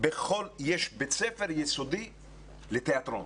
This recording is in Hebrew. יש בית ספר יסודי לתיאטרון.